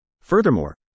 Furthermore